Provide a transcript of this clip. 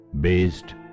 based